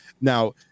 Now